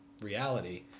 reality